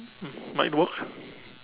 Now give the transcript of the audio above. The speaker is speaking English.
might work